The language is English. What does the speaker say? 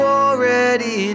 already